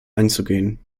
einzugehen